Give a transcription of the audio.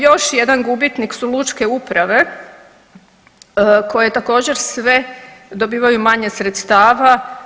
Još jedan gubitnik su lučke uprave koje također sve dobivaju manje sredstava.